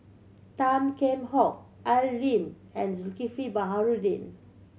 Tan Kheam Hock Al Lim and Zulkifli Baharudin